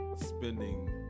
spending